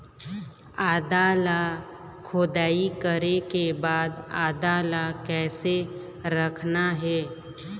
आदा ला खोदाई करे के बाद आदा ला कैसे रखना हे?